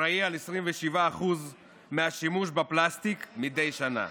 אחראי ל-27% מהשימוש בפלסטיק מדי שנה.